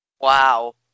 wow